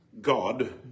God